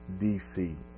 DC